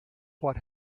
what